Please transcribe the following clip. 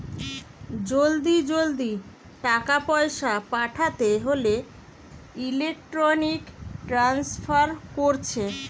জলদি জলদি টাকা পয়সা পাঠাতে হোলে ইলেক্ট্রনিক ট্রান্সফার কোরছে